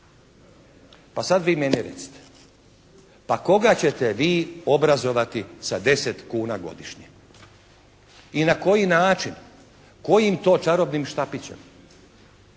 Pa sad vi meni recite pa koga ćete vi obrazovati sa 10 kuna godišnje? I na koji način? Kojim to čarobnim štapićem?